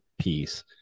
piece